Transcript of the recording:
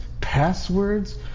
passwords